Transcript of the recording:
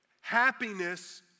Happiness